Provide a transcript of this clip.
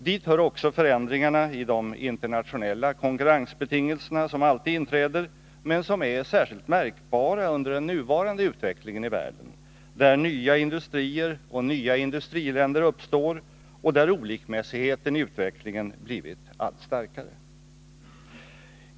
Dit hör också förändringar i de internationella konkurrensbetingelserna som alltid inträder, men som är särskilt märkbara under den nuvarande utvecklingen i världen där nya industrier och industriländer uppstår och där olikmässigheten i utvecklingen blivit allt starkare.